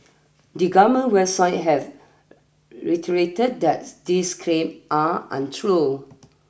the government website have reiterated that these claim are untrue